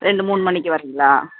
ரெண்டு மூணு மணிக்கு வர்றீங்களா